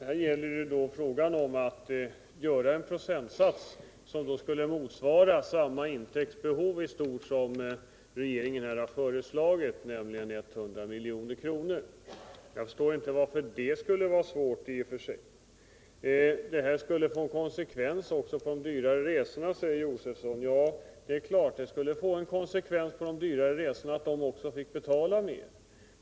Herr talman! Det gäller att bestämma en procentsats, som skulle motsvara det intäktsbehov som regeringen har föreslagit, nämligen 100 milj.kr. Jag förstår inte varför det i och för sig skulle vara svårt. Det skulle få konsekvenser för de dyrare resorna, säger Stig Josefson. Ja, för de dyrare resorna skulle man givetvis få betala mer.